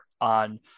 on